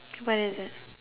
K what is it